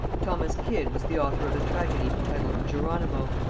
thomas kyd was the author of a tragedy entitled jeronimo,